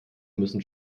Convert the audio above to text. müssen